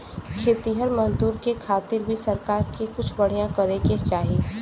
खेतिहर मजदूर के खातिर भी सरकार के कुछ बढ़िया करे के चाही